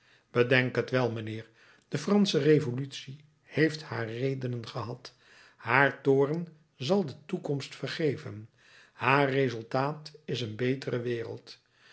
bedenk het wel mijnheer de fransche revolutie heeft haar redenen gehad haar toorn zal de toekomst vergeven haar resultaat is een betere wereld